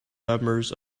members